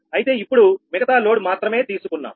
అయితే ఇప్పుడు మిగతా లోడ్ మాత్రమే తీసుకున్నాం